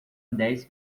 dez